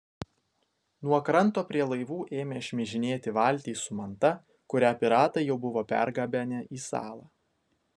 nuo kranto prie laivų ėmė šmižinėti valtys su manta kurią piratai jau buvo pergabenę į salą